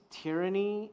tyranny